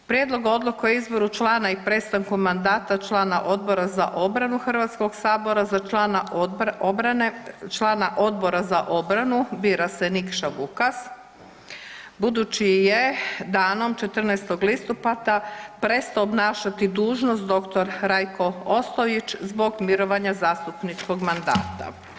Prijedlog odluke o izboru člana i prestankom mandata člana Odbora za obranu HS, za člana obrane, člana Odbora za obranu bira se Nikša Vukas budući je danom 14. listopada prestao obnašati dužnost dr. Rajko Ostojić zbog mirovanja zastupničkog mandata.